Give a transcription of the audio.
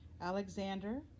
Alexander